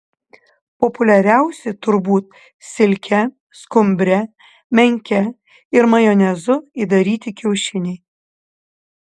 populiariausi turbūt silke skumbre menke ir majonezu įdaryti kiaušiniai